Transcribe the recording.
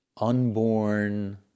unborn